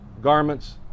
garments